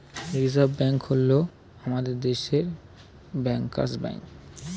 reserve bank হল আমাদের দেশের ব্যাঙ্কার্স ব্যাঙ্ক